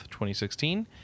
2016